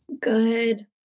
Good